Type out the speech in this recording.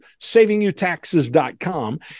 savingyoutaxes.com